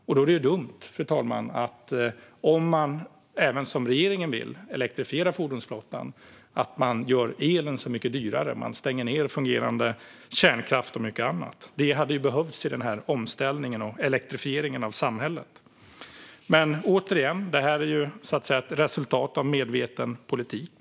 Om man vill elektrifiera fordonsflottan, som även regeringen vill, är det dumt att göra elen så mycket dyrare och stänga ned fungerande kärnkraft och mycket annat. Det hade behövts i den här omställningen och i elektrifieringen av samhället. Återigen, det här är ett resultat av medveten politik.